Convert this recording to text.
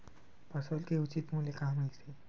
फसल के उचित मूल्य कहां मिलथे?